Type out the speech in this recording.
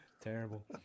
Terrible